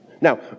now